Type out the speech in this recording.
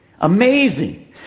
amazing